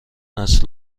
است